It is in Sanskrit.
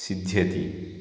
सिध्यति